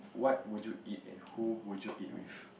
what would you eat and who would you eat with